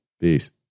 Peace